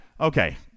Okay